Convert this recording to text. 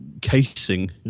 casing